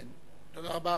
תודה רבה.